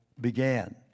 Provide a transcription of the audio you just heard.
began